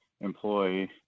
employee